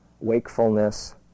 wakefulness